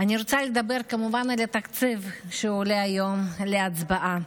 אני רוצה לדבר כמובן על התקציב שעולה היום להצבעה,